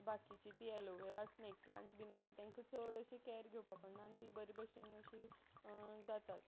बाकीची ती aloe vera snake plant बीन आसा तांकां चड अशी कॅर घेवपा पडना आनी ती बरी भशेन अशी जातात